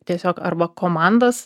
tiesiog arba komandas